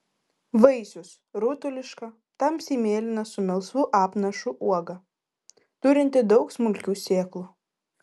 vaisius rutuliška tamsiai mėlyna su melsvu apnašu uoga turinti daug smulkių sėklų